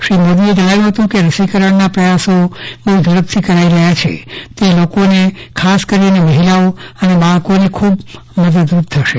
શ્રી મોદીએ જજ્ઞાવ્યું હતું કે રસીકરજ્ઞના પ્રયાસો બહુ ઝડપથી કરાઈ રહ્યા છે તે લોકોને ખાસ કરીને મહિલાઓ અને બાળકોને ખૂબ મદદરૂપ થશે